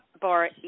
bar